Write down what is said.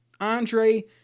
Andre